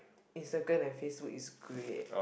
Instagram and Facebook is great